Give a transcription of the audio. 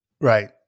right